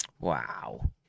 Wow